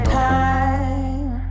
time